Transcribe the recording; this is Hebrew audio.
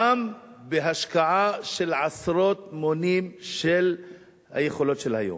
גם בהשקעה של עשרות מונים מהיכולות של היום.